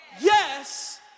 Yes